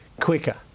quicker